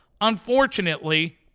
Unfortunately